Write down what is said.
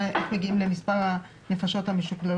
בודקים את ההכנסה לפי ההכנסות של המשרת ואם הוא נשוי,